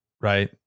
right